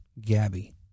Gabby